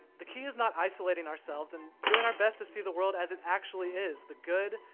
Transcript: the key is not isolating ourselves and doing our best to see the world as it actually is the good,